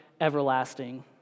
everlasting